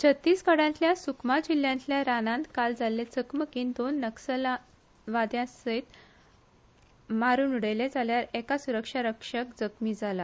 छत्तीसगडातल्या सुखमा जिल्लयांतल्या रानांत काल जाल्ले चकमकीत दोन नक्क्षलांक मारुन उडयले जाल्यार एक सुरक्षा रक्षक जखमी जाला